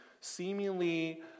seemingly